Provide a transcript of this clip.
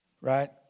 right